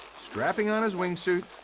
strapping on his wingsuit,